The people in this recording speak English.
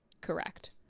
Correct